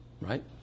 Right